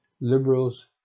liberals